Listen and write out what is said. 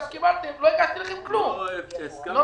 שקיבלתם לא הגשתי כלום ככה לא מתנהלים.